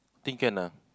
think can ah